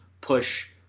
push